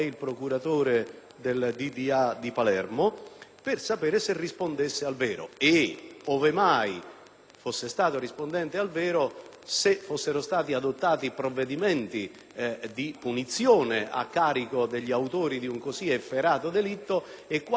per sapere se rispondesse al vero e, ove mai così fosse stato, se fossero stati adottati provvedimenti di punizione a carico degli autori di un così efferato delitto e quali misure si fossero adottate per la sicurezza